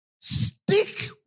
Stick